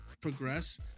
progress